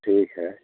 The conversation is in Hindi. ठीक है